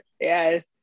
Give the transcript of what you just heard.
Yes